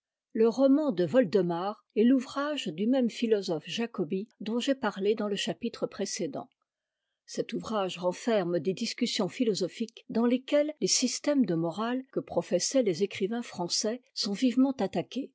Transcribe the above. le roman de woldemar est l'ouvrage du même philosophe jacobi dont j'ai parlé dans le chapitre précédent cet ouvrage renferme des discussions philosophiques dans lesquelles les systèmes de morale que professaient les écrivains français sont vivement attaqués